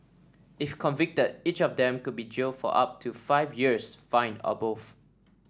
if convicted each of them could be jailed for up to five years fined or both